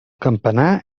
campanar